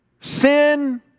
sin